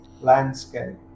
landscape